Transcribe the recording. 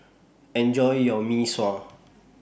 Enjoy your Mee Sua